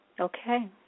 Okay